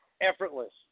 effortless